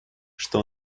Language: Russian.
что